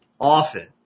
often